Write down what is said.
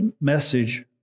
message